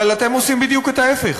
אבל אתם עושים בדיוק את ההפך.